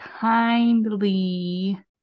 kindly